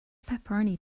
pepperoni